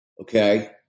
Okay